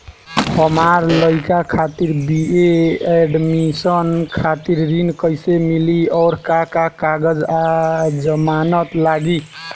हमार लइका खातिर बी.ए एडमिशन खातिर ऋण कइसे मिली और का का कागज आ जमानत लागी?